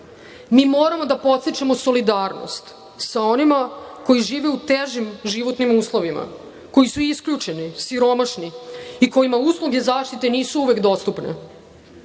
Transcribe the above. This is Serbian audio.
mi moramo da podstičemo solidarnost sa onima koji žive u težim životnim uslovima, koji su isključeni, siromašni i kojima usluge zaštite nisu uvek dostupne.